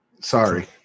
Sorry